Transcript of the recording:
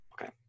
okay